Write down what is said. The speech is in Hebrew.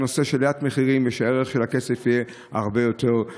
וזה הנושא של עליית המחירים ושערך הכסף יהיה רב יותר.